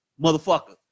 motherfucker